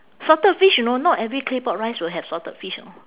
salted fish you know not every claypot rice will have salted fish know